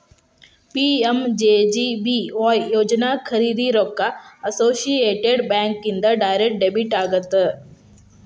PMJJBY ಯೋಜನಾ ಖರೇದಿ ರೊಕ್ಕ ಅಸೋಸಿಯೇಟೆಡ್ ಬ್ಯಾಂಕ್ ಇಂದ ಡೈರೆಕ್ಟ್ ಡೆಬಿಟ್ ಆಗತ್ತ